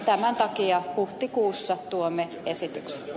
tämän takia huhtikuussa tuomme esityksen